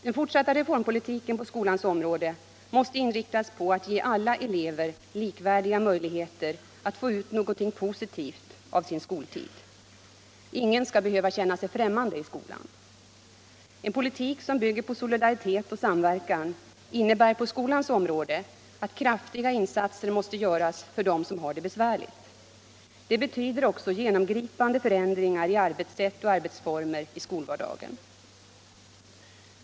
Den fortsatta reformpolitiken på skolans område måste inriktas på att ge alla elever likvärdiga möjligheter att få ut något positivt av sin skoltid. Ingen skall behöva känna sig främmande i skolan. En politik som bygger 21 på solidaritet och samverkan innebär på skolans område att kraftiga insatser måste göras för dem som har det besvärligt. Det betyder också genomgripande förändringar i arbetssätt och arbetsformer i skolvardagen.